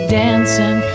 dancing